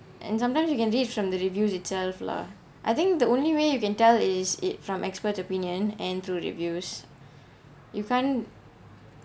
and sometimes you can read from the reviews itself lah I think the only way you can tell is it from experts opinion and through reviews you can't